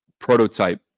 prototype